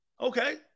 Okay